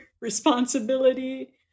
responsibility